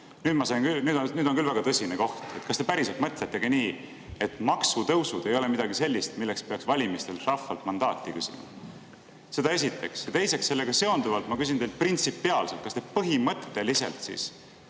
Nüüd on küll väga tõsine koht. Kas te päriselt mõtletegi nii, et maksutõusud ei ole midagi sellist, milleks peaks valimistel rahvalt mandaati küsima? Seda esiteks. Teiseks, sellega seonduvalt ma küsin teilt printsipiaalselt: kas te põhimõtteliselt siis